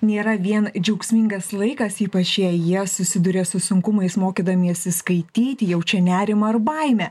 nėra vien džiaugsmingas laikas ypač jei jie susiduria su sunkumais mokydamiesi skaityti jaučia nerimą ar baimę